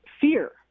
Fear